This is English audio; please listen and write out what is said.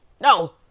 no